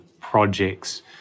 projects